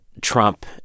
Trump